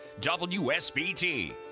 WSBT